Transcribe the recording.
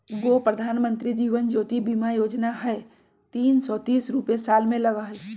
गो प्रधानमंत्री जीवन ज्योति बीमा योजना है तीन सौ तीस रुपए साल में लगहई?